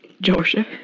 Georgia